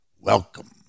Welcome